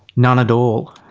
none at all